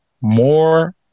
more